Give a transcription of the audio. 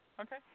Okay